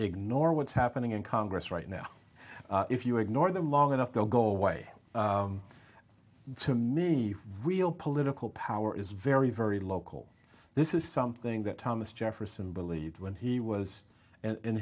ignore what's happening in congress right now if you ignore them long enough they'll go way too many real political power is very very local this is something that thomas jefferson believed when he was in